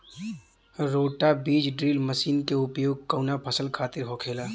रोटा बिज drill machine के उपयोग कऊना फसल खातिर होखेला?